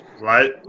Right